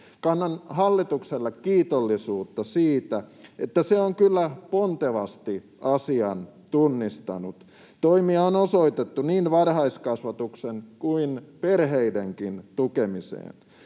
Kannan hallitukselle kiitollisuutta siitä, että se on kyllä pontevasti asian tunnistanut. Toimia on osoitettu niin varhaiskasvatuksen kuin perheidenkin tukemiseen.